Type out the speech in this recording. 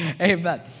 Amen